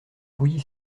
pouilly